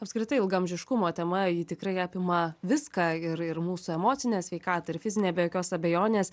apskritai ilgaamžiškumo tema ji tikrai apima viską ir ir mūsų emocinę sveikatą ir fizinę be jokios abejonės